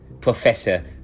Professor